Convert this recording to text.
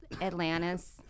Atlantis